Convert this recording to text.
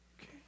Okay